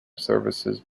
services